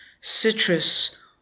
citrus